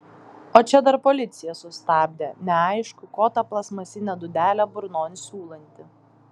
o čia dar policija sustabdė neaišku ko tą plastmasinę dūdelę burnon siūlanti